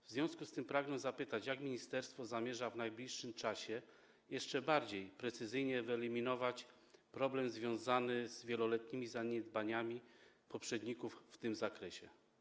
W związku z tym pragnę zapytać, jak ministerstwo zamierza w najbliższym czasie jeszcze bardziej precyzyjnie wyeliminować problem związany z wieloletnimi zaniedbaniami poprzedników w tym zakresie?